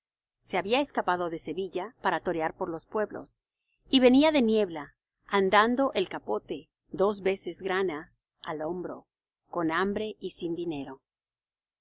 se había escapado de sevilla para torear por los pueblos y venía de niebla andando el capote dos veces grana al hombro con hambre y sin dinero